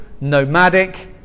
nomadic